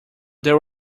there